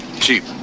cheap